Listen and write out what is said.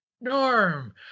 Norm